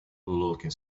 looking